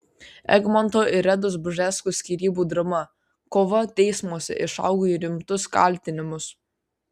egmonto ir redos bžeskų skyrybų drama kova teismuose išaugo į rimtus kaltinimus